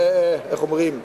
איך אומרים,